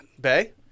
Bay